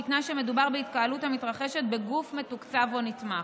בתנאי שמדובר בהתקהלות המתרחשת בגוף מתוקצב או נתמך.